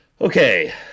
Okay